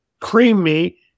Creamy